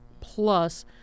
plus